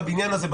בבניין הזה,